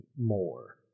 more